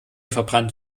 verbrannt